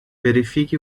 verifique